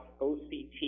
OCT